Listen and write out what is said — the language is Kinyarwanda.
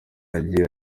yagiye